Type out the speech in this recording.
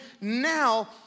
now